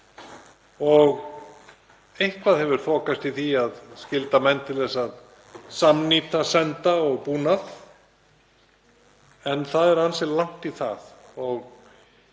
Eitthvað hefur þokast í því að skylda menn til að samnýta senda og búnað, en það er ansi langt í það.